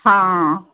ਹਾਂ